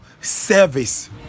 service